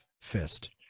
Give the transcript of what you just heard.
fist